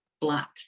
black